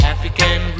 African